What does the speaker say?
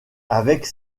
avec